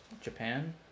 Japan